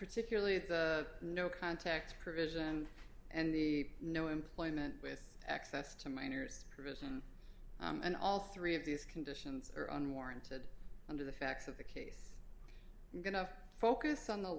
particularly with no context provision and the no employment with access to minors provision and all three of these conditions are unwarranted under the facts of the case i'm going to focus on the